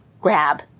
grab